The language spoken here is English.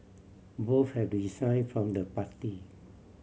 both have resign from the party